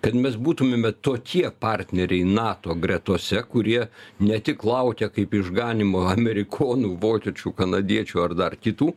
kad mes būtumėme tokie partneriai nato gretose kurie ne tik laukia kaip išganymo amerikonų vokiečių kanadiečių ar dar kitų